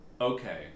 Okay